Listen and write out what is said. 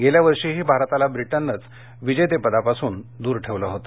गेल्या वर्षीही भारताला ब्रिटननंच विजेतेपदापासून दूर ठेवलं होतं